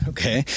Okay